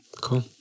Cool